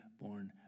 born